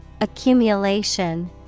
Accumulation